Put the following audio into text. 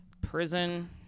prison